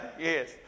Yes